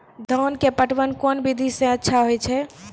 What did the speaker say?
धान के पटवन कोन विधि सै अच्छा होय छै?